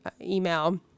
email